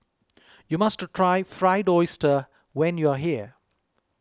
you must try Fried Oyster when you are here